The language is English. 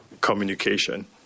communication